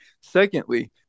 Secondly